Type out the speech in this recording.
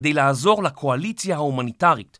כדי לעזור לקואליציה ההומניטרית.